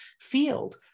field